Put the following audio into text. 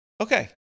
okay